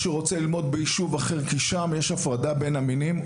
שרוצה ללמוד ביישוב אחר כי שם יש הפרדה בין המינים,